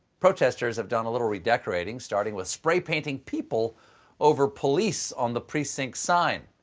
protestors have done a little redecorating, starting with spray painting people over police on the precinct's sign.